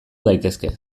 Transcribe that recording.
daitezke